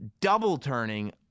double-turning